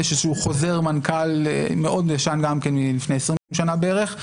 יש איזה חוזר מנכ"ל ישן מאוד מלפני 20 שנה בערך,